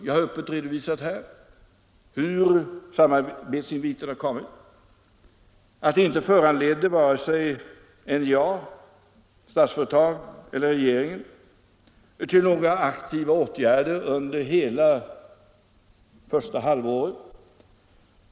Jag har öppet redovisat hur samarbetsinviten har kommit och att den inte föranledde vare sig NJA, Statsföretag eller regeringen att vidta några aktiva åtgärder under hela första halvåret.